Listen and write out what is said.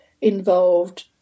involved